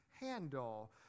handle